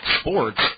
sports